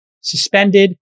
suspended